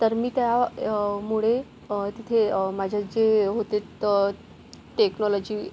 तर मी त्या मुळे तिथे माझे जे होते टेक्नॉलॉजी